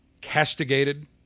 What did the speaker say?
castigated